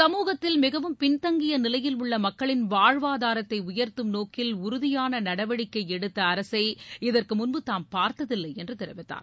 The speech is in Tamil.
சமூகத்தில் மிகவும் பின்தங்கிய நிலையில் உள்ள மக்களின் வாழ்வாதாரத்தை உயர்த்தும் நோக்கில் உறுதியான நடவடிக்கை எடுத்த அரசை இதற்கு முன்பு தாம் பார்த்ததில்லை என்று தெரிவித்தார்